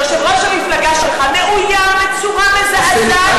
יושב-ראש המפלגה שלך מאוים בצורה מזעזעת